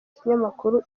ikinyamakuru